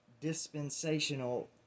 dispensational